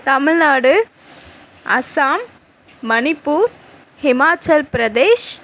Tamil Nadu Assam Manipur Himachal Pradesh